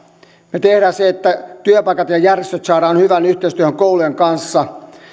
me teemme sen jotta työpaikat ja järjestöt saadaan hyvään yhteistyöhön koulujen kanssa